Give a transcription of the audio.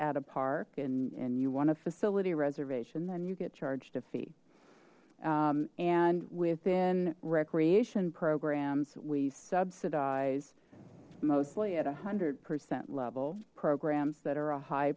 at a park and you want a facility reservation then you get charged a fee and within recreation programs we subsidized mostly at a hundred percent level programs that are a high